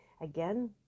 Again